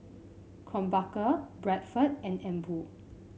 Krombacher Bradford and Emborg